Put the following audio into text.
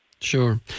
Sure